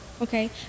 Okay